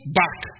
back